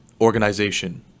organization